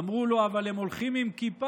אמרו לו: אבל הם הולכים עם כיפה,